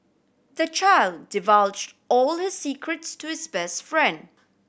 the child divulged all his secrets to his best friend